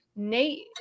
nate